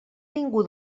ningú